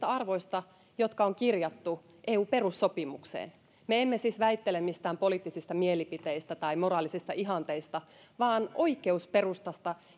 arvoista jotka on kirjattu eun perussopimukseen me emme siis väittele mistään poliittisista mielipiteistä tai moraalisista ihanteista vaan oikeusperustasta